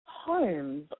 Homes